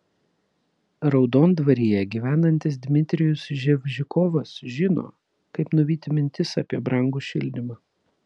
raudondvaryje gyvenantis dmitrijus ževžikovas žino kaip nuvyti mintis apie brangų šildymą